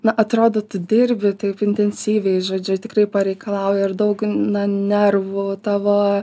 na atrodo tu dirbi taip intensyviai žodžiu tikrai pareikalauja ir daug na nervų tavo